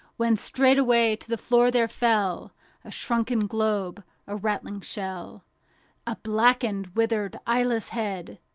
when straightway to the floor there fell a shrunken globe, a rattling shell a blackened, withered, eyeless head!